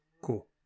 Cool